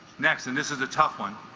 next and this is a tough one